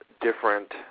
different